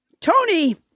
Tony